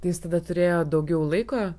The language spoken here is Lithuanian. jis tada turėjo daugiau laiko